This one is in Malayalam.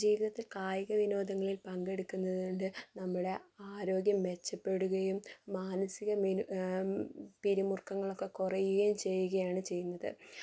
ജീവിതത്തിൽ കായിക വിനോദങ്ങളിൽ പങ്കെടുക്കുന്നത്കൊണ്ട് നമ്മുടെ ആരോഗ്യം മെച്ചപ്പെടുകയും മാനസിക മിനു പിരിമുറുക്കങ്ങളൊക്കെ കുറയുകയും ചെയ്യുകയാണ് ചെയ്യുന്നത്